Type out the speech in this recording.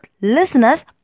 listeners